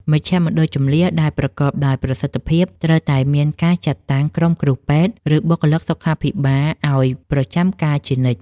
មជ្ឈមណ្ឌលជម្លៀសដែលប្រកបដោយប្រសិទ្ធភាព ត្រូវតែមានការចាត់តាំងក្រុមគ្រូពេទ្យ ឬបុគ្គលិកសុខាភិបាលឱ្យប្រចាំការជានិច្ច។